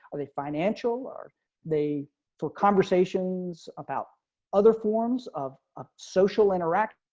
or they financial, are they for conversations about other forms of ah social interaction.